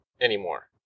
anymore